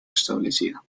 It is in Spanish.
establecida